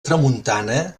tramuntana